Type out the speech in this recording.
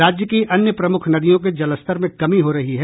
राज्य की अन्य प्रमुख नदियों के जलस्तर में कमी हो रही है